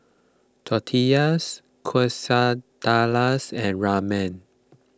Tortillas Quesadillas and Ramen